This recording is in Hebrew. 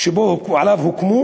שעליו הוקמו.